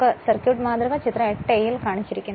circuit മാതൃക ചിത്രം 8 aൽ കാണിച്ചിരിക്കുന്നു